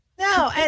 No